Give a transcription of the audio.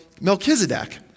Melchizedek